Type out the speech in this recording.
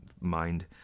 mind